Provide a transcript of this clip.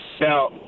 Now